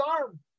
arm